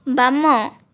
ବାମ